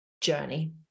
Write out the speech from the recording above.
journey